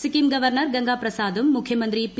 Sikkim governor Ganga പ്രസാദും മുഖ്യമന്ത്രി P